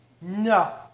No